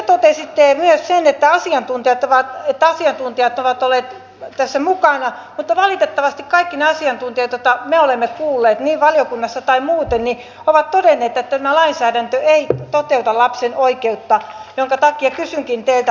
arvoisa ministeri te totesitte myös sen että asiantuntijat ovat olleet tässä mukana mutta valitettavasti kaikki ne asiantuntijat joita me olemme kuulleet valiokunnassa tai muuten ovat todenneet että tämä lainsäädäntö ei toteuta lapsen oikeutta minkä takia kysynkin teiltä